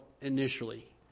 Initially